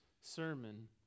sermon